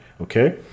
okay